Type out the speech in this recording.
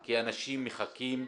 כי אנשים מחכים.